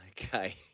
Okay